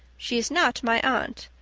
she is not my aunt,